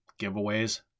giveaways